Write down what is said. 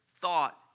thought